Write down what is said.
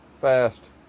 fast